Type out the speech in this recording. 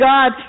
God